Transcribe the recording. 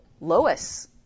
Lois